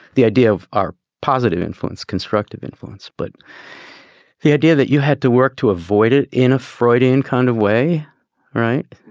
the idea of our positive influence, constructive influence, but the idea that you had to work to avoid it in a freudian kind of way. all right.